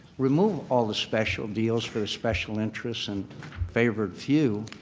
remove all the special deals for the special interests and favored few,